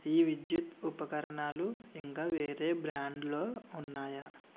ఈ విద్యుత్తు ఉపకరణాలు ఇంక వేరే బ్రాండ్లో ఉన్నాయా